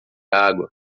água